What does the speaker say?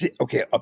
Okay